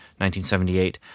1978